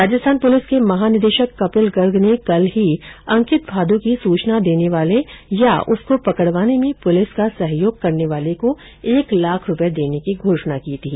Rajasthan police के महानिदेशक कपिल गर्ग ने कल ही अंकित भाद की सूचना देने वाले अथवा उसको प पकडवाने में पुलिस का सहयोग करने वाले को एक लाख रुपये देने की घोषणा की थी